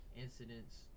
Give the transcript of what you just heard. incidents